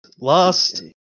Last